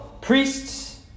priests